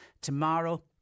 tomorrow